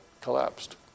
collapsed